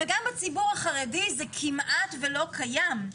וגם בציבור החרדי - זה כמעט ולא קיים.